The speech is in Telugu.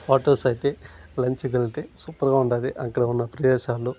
హోటల్స్ అయితే లంచ్కెళ్తే సూపర్గా ఉందది అక్కడ ఉన్న ప్రదేశాలు